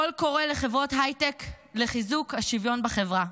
קול קורא לחברות הייטק לחיזוק השוויון בחברה,